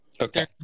okay